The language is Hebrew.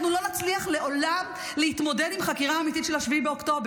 אנחנו לא נצליח לעולם להתמודד עם חקירה אמיתית של 7 באוקטובר.